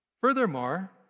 Furthermore